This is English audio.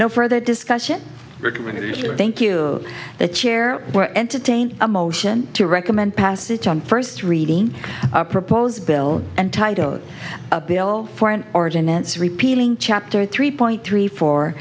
no further discussion thank you the chair entertain a motion to recommend passage on first reading our proposed bill anti dote a bill for an ordinance repealing chapter three point three four